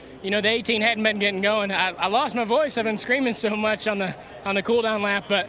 you know the eighteen hadn't been going. you know and i lost my voice i was screaming so much on the on the cool down lap. but